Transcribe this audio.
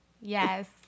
Yes